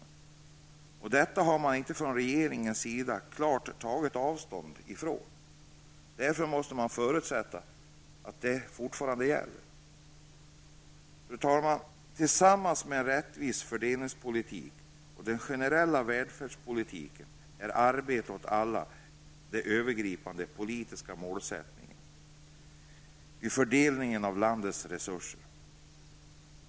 Från detta har regeringen inte tagit klart avstånd, och därför måste man utgå från att det fortfarande gäller. Fru talman! Tillsammans med en rättvis fördelningspolitik och den generella välfärdspolitiken är arbete åt alla den övergripande politiska målsättningen vid fördelning av landets resurser.